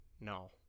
No